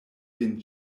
vin